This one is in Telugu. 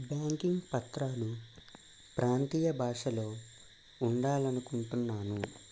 బ్యాంకింగ్ పత్రాలు ప్రాంతీయ భాషలో ఉండాలని అనుకుంటున్నాను